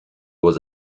was